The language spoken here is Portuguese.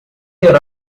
ter